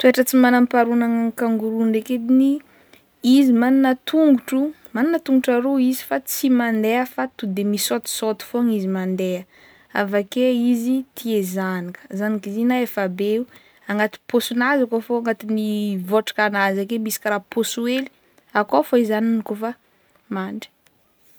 Toetra tsy manampaharoa anagnan'ny kangoroa ndraiky ediny izy managna tongotro managna tongotro aroa izy fa tsy mandeha fa to de misaotisaoty fogna izy mandeha avake izy tia zanaka zanak'izy na efa be o agnaty paosinazy akao fô agnatin'ny vôtrakanazy ake misy karaha paosy hely akao fô i zanany kaofa mandry.